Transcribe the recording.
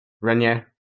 Renier